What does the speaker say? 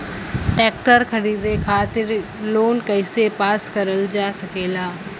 Tractor खरीदे खातीर loan कइसे पास करल जा सकेला?